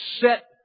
set